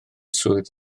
swydd